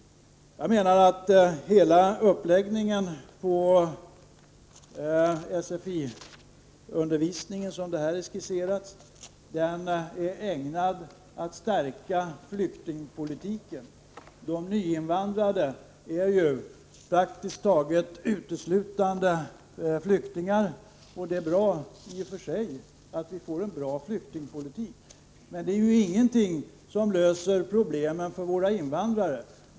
Jag menar att hela uppläggningen av SFI-undervisningen, som den här är skisserad, är ägnad att stärka flyktingpolitiken. De nyinvandrade är ju praktiskt taget uteslutande flyktingar. Det är i och för sig bra att vi får en bra flyktingpolitik, men det löser inte problemet för våra tidigare invandrare.